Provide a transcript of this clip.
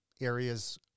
areas